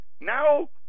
Now